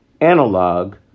analog